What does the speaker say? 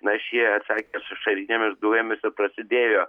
na šie atsakė aš ašarinėmis dujomis ir prasidėjo